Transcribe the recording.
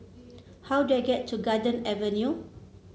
how do I get to Garden Avenue